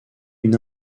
une